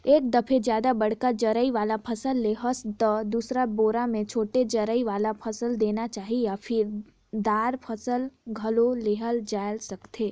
एक दफे जादा बड़का जरई वाला फसल ले हस त दुसर बेरा म छोटे जरई वाला फसल लेना चाही या फर, दार फसल घलो लेहल जाए सकथे